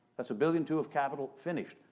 that's a billion two of capital finished.